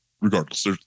regardless